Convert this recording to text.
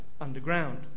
underground